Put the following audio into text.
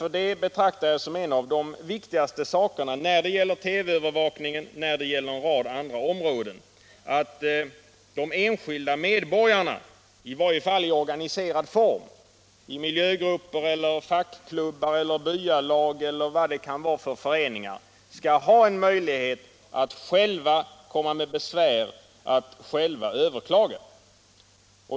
Jag betraktar det som en av de viktigaste sakerna när det gäller TV övervakning och en rad andra områden, att de enskilda medborgarna, eller i varje fall av dem organiserade miljögrupper, fackklubbar eller byalag, skall ha en möjlighet att själva komma med besvär och att själva överklaga.